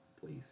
Please